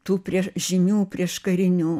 tų prie žinių prieškarinių